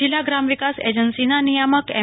જિલ્લા ગ્રામ વિકાસ એજન્સિ ના નિયામક એમ